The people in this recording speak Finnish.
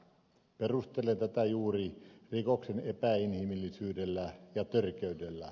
perustelen tätä juuri rikoksen epäinhimillisyydellä ja törkeydellä